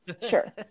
sure